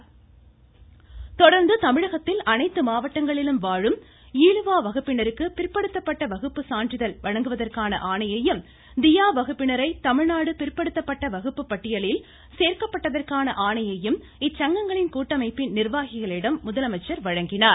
ம்ம்ம்ம் ம முதலமைச்சர் தொடர்ச்சி தொடர்ந்து தமிழகத்தில் அனைத்து மாவட்டங்களிலும் வாழும் ஈழுவா வகுப்பினருக்கு பிற்படுத்தப்பட்ட வகுப்பு சாதிச்சான்றிதழ் வழங்குவதற்கான ஆணையையும் தீயா வகுப்பினரை தமிழ்நாடு பிற்படுத்தப்பட்ட வகுப்பு பட்டியலில் சேர்க்கப்பட்டதற்கான ஆணையையும் இச்சங்கங்களின் கூட்டமைப்பின் நிர்வாகிகளிடம் முதலமைச்சர் வழங்கினார்